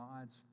God's